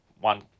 one